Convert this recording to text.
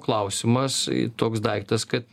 klausimas toks daiktas kad